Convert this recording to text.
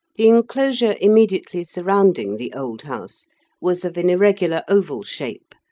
the enclosure immediately surrounding the old house was of an irregular oval shape,